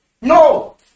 No